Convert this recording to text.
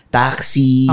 taxi